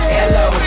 Hello